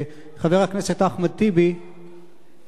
חבר הכנסת אחמד טיבי הציע,